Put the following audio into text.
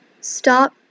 Stop